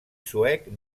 suec